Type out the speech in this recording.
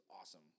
awesome